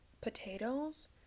potatoes